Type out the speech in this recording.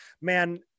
man